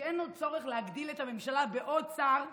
שאין עוד צורך להגדיל את הממשלה בעוד שר,